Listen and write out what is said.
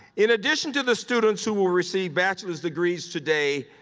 in addition to the students who will receive bachelor's degrees today,